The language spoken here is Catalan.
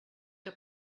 que